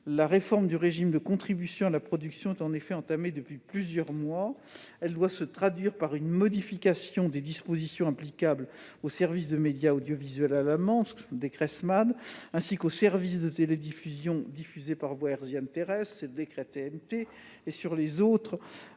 La réforme du régime de contribution à la production est, en effet, entamée depuis plusieurs mois. Elle doit se traduire par une modification des dispositions applicables aux services de médias audiovisuels à la demande (SMAD), ainsi qu'aux services de télévision diffusés par voie hertzienne terrestre (TNT) et sur les autres